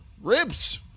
ribs